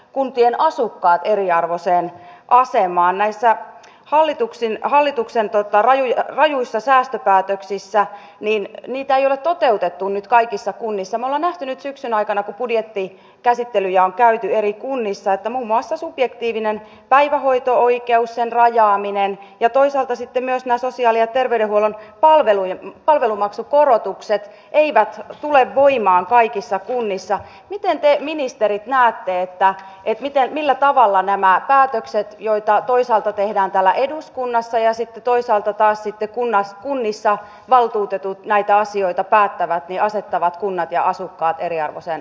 kuntien asukkaat eriarvoiseen asemaan näissä hallituksia hallituksen tapaan rajuista säästöpäätökset työ ja elinkeinoministeriön rahoitusosuudesta ei ole toteutettu nyt kaikissa kunnissa maana nyt syksyn aikana budjetin käsittely ja käyty eri kunnissa tämä maastosubjektiivinen päivähoito oikeus sen rajaaminen ja toisaalta sitten läsnä sosiaali ja terveydenhuollon palveluja palvelumaksukorotukset eivät tule voimaan kaikissa kunnissa miten te ministerit ensi vuonna jäljellä mitään millä tavalla nämä päätökset joita toisaalta tehdään täällä eduskunnassa ja sitten toisaalta taas sitten kunnas kunnissa valtuutetut näitä asioita päättävät ja asettavat kunnat ja asukkaat eriarvoiseen